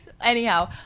Anyhow